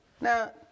Now